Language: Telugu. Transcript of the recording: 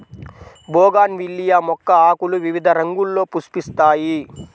బోగాన్విల్లియ మొక్క ఆకులు వివిధ రంగుల్లో పుష్పిస్తాయి